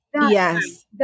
Yes